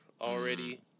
already